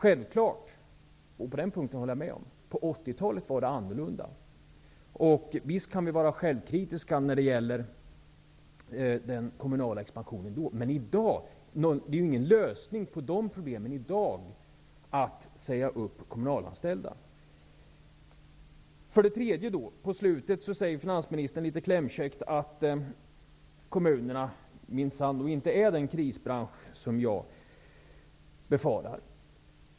Jag håller självfallet med om att det på 80-talet var annorlunda på den punkten. Visst kan vi vara självkritiska när det gäller den kommunala expansion som då skedde. Men att i dag säga upp kommunalanställda är inte någon lösning på de problemen.. För det tredje säger finansministern i slutet av sitt svar litet klämkäckt att kommunerna minsann inte är den krisbransch som jag befarar.